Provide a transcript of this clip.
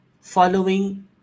following